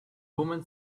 woman